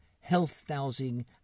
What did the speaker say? health-dowsing